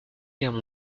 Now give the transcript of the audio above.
guerre